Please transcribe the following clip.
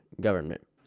government